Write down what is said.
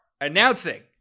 announcing